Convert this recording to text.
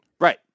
Right